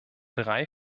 drei